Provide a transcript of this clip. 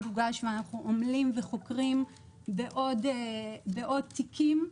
הוגש ואנחנו עמלים וחוקרים בעוד תיקים,